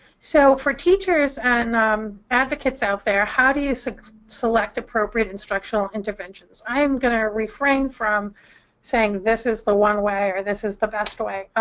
so for teachers and um advocates out there, how do you select appropriate instructional interventions? i am going to refrain from saying, this is the one way, or this is the best way.